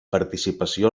participació